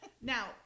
Now